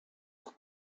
ist